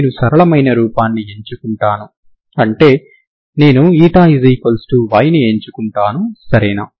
నేను సరళమైన రూపాన్ని ఎంచుకుంటాను అంటే నేను y ను ఎంచుకుంటాను సరేనా